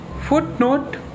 footnote